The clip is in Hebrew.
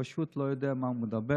הוא פשוט לא יודע על מה הוא מדבר.